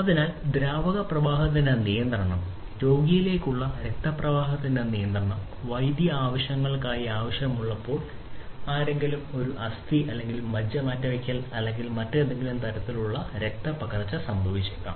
അതിനാൽ ദ്രാവക പ്രവാഹത്തിന്റെ നിയന്ത്രണം രോഗിയിലേക്കുള്ള രക്തപ്രവാഹത്തിന്റെ നിയന്ത്രണം വൈദ്യ ആവശ്യങ്ങൾക്കായി ആവശ്യമുള്ളപ്പോൾ ആരെങ്കിലും ഒരു അസ്ഥി മജ്ജ മാറ്റിവയ്ക്കൽ അല്ലെങ്കിൽ ഏതെങ്കിലും തരത്തിലുള്ള രക്തപ്പകർച്ച സംഭവിച്ചേക്കാം